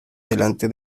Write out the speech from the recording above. delante